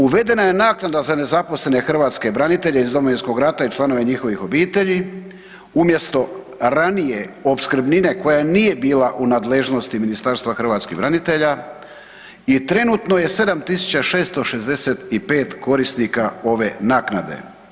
Uvedena je naknada za nezaposlene hrvatske branitelje iz Domovinskog rata i članove njihovih obitelji umjesto ranije opskrbnine koja nije bila u nadležnosti Ministarstva hrvatskih branitelja i trenutno je 7.665 korisnika ove naknade.